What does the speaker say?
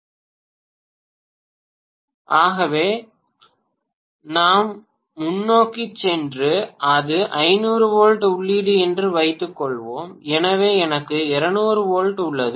பேராசிரியர் மாணவர் உரையாடல் முடிகிறது ஆகவே நாம் முன்னோக்கிச் சென்று அது 500 வோல்ட் உள்ளீடு என்று வைத்துக் கொள்வோம் எனவே எனக்கு 200 வோல்ட் உள்ளது